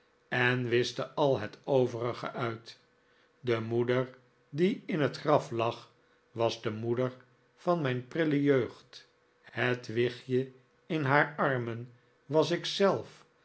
en wischte al het overige uit de moeder die in het graf lag was de moeder van mijn prille jeugd het wichtje in haar armen